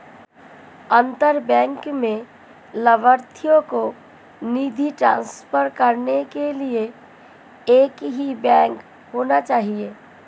अंतर बैंक में लभार्थी को निधि ट्रांसफर करने के लिए एक ही बैंक होना चाहिए